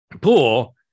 pool